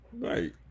Right